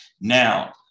now